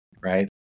right